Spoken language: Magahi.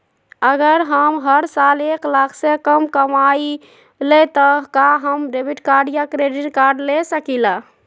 अगर हम हर साल एक लाख से कम कमावईले त का हम डेबिट कार्ड या क्रेडिट कार्ड ले सकीला?